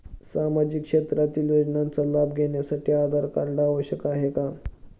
सामाजिक क्षेत्रातील योजनांचा लाभ घेण्यासाठी आधार कार्ड आवश्यक आहे का?